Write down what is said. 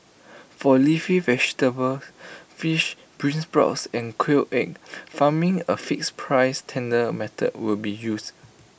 for leafy vegetables fish beansprouts and quail egg farming A fixed price tender method will be used